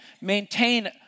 maintain